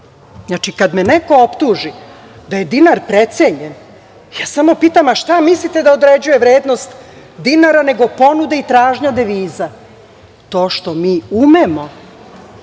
dinara. Znači, kada me neko optuži da je dinar precenjen, ja samo pitam šta mislite da određuje vrednost dinara, nego ponuda i tražnja deviza? To što mi umemo